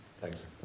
Thanks